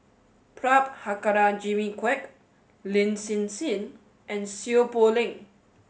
Prabhakara Jimmy Quek Lin Hsin Hsin and Seow Poh Leng